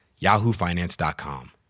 yahoofinance.com